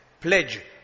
pledge